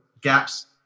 gaps